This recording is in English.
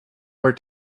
where